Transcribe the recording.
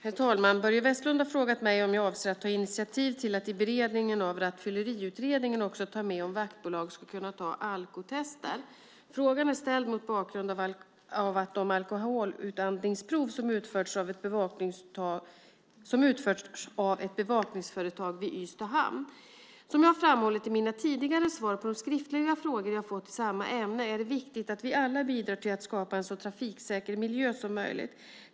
Herr talman! Börje Vestlund har frågat mig om jag avser att ta initiativ till att i beredningen av Rattfylleriutredningen också ta med frågan om vaktbolag ska få ta alkotester. Frågan är ställd mot bakgrund av de alkoholutandningsprov som utförts av ett bevakningsföretag vid Ystad hamn. Som jag framhållit i mina tidigare svar på de skriftliga frågor jag fått i samma ämne är det viktigt att vi alla bidrar till att skapa en så trafiksäker miljö som möjligt.